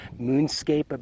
moonscape